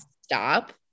stop